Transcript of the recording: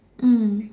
mm